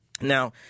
Now